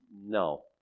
No